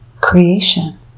creation